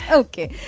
okay